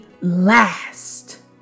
last